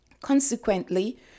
Consequently